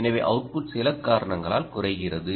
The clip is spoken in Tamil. எனவேஅவுட்புட் சில காரணங்களால் குறைகிறது